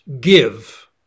give